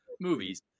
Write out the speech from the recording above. Movies